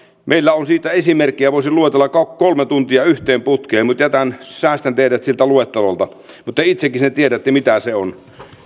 meillä on siitä esimerkkejä voisin luetella kolme tuntia yhteen putkeen mutta säästän teidät siltä luettelolta mutta te itsekin sen tiedätte mitä se on